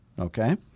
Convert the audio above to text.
Okay